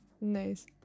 nice